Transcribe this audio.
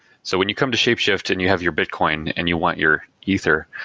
so when you come to shapeshift and you have your bitcoin and you want your ether,